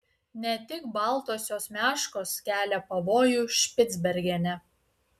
ne tik baltosios meškos kelia pavojų špicbergene